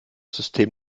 system